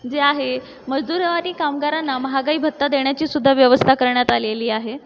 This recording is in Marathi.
जे आहे मजदुरवारी कामगारांना महागाई भत्ता देण्याची सुद्धा व्यवस्था करण्यात आलेली आहे